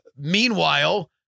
Meanwhile